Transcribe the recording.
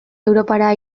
europara